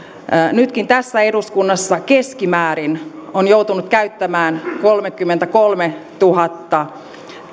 nytkin tässä eduskunnassa keskimäärin on joutunut käyttämään kolmekymmentäkolmetuhatta